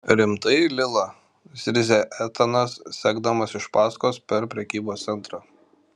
rimtai lila zirzia etanas sekdamas iš paskos per prekybos centrą